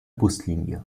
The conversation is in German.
buslinie